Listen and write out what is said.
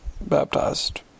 baptized